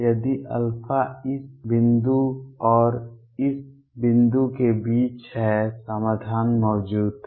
यदि α इस बिंदु और इस बिंदु के बीच है समाधान मौजूद है